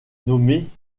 nommée